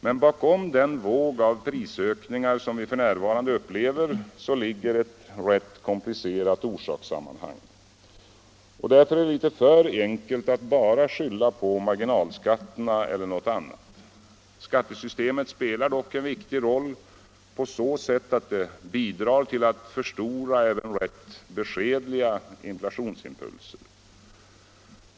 Men bakom den våg av prisökningar som vi f.n. upplever ligger ett rätt komplicerat orsakssammanhang. Därför är det litet för enkelt att bara skylla på marginalskatterna eller något annat. Skattesystemet spelar dock en viktig roll på så sätt att det bidrar till att förstora även rätt beskedliga inflationsimpulser.